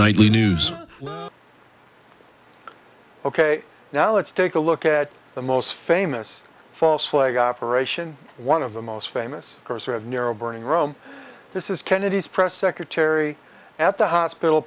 nightly news ok now let's take a look at the most famous false flag operation one of the most famous course of nero burning in rome this is kennedy's press secretary at the hospital